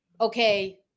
okay